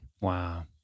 Wow